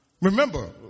Remember